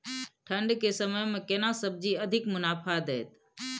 ठंढ के समय मे केना सब्जी अधिक मुनाफा दैत?